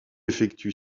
effectue